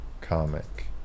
Comic